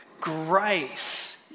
Grace